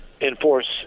enforce